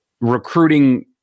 recruiting